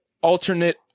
alternate